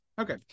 Okay